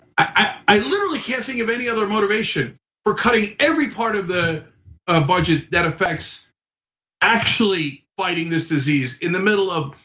i literally can't think of any other motivation for cutting every part of the ah budget that affects actually fighting this disease in the middle of,